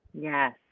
Yes